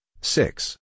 Six